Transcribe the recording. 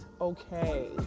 okay